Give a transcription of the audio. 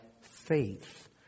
faith